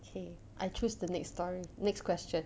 K I choose the next story next question